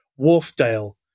Wharfdale